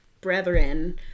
brethren